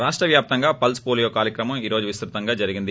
రాష్ట వ్యాప్తంగా pulse polio కార్యక్రమం ఈ రోజు విస్తృతంగా జరిగింది